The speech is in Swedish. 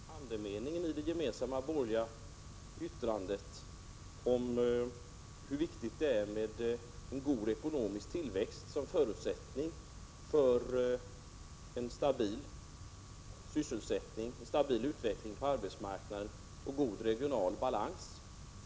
Herr talman! Efter Marianne Stålbergs anförande kan jag bara konstatera att hon i allt väsentligt instämmer i andemeningen i det gemensamma borgerliga yttrandet om hur viktigt det är med en god ekonomisk tillväxt som förutsättning för en stabil sysselsättning, en stabil utveckling på arbetsmarknaden och god regional balans.